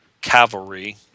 Cavalry